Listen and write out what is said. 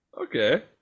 Okay